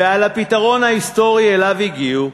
ועל הפתרון ההיסטורי שאליו הגיעו.